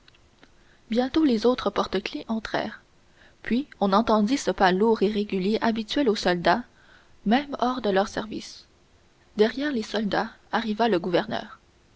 bientôt les autres porte-clefs entrèrent puis on entendit ce pas lourd et régulier habituel aux soldats même hors de leur service derrière les soldats arriva le gouverneur